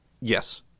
yes